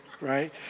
right